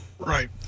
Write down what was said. Right